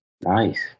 Nice